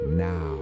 now